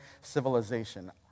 civilization